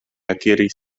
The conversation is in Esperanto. akiris